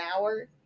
hour